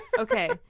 Okay